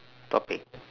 topic